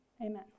amen